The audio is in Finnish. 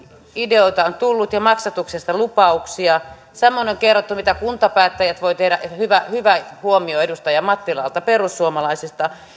ideoita on tullut ja maksatuksesta lupauksia samoin on kerrottu mitä kuntapäättäjät voivat tehdä hyvä hyvä huomio edustaja mattilalta perussuomalaisista